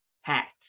hat